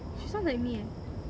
she sounds like me eh